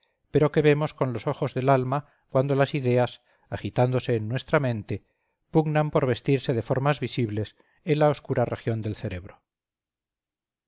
pero que vemos con los ojos del alma cuando las ideas agitándose en nuestra mente pugnan por vestirse de formas visibles en la oscura región del cerebro